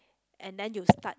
and then you start a